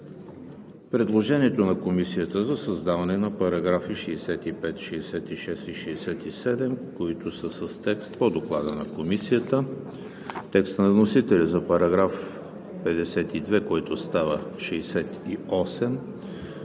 предложението на Комисията за създаване на параграфи 65, 66 и 67, които са с текст по Доклада на Комисията; текста на вносителя за § 52, който става §